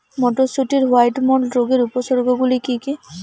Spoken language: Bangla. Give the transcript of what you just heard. মটরশুটির হোয়াইট মোল্ড রোগের উপসর্গগুলি কী কী?